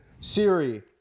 Siri